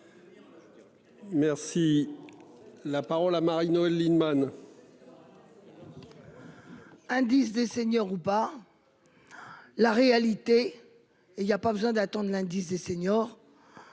Merci. La parole à Marie-Noëlle Lienemann. D'abord. Indice des seniors ou pas. La réalité. Il y a pas besoin d'attendre l'indice des seniors.